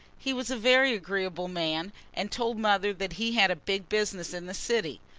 he was a very agreeable man and told mother that he had a big business in the city.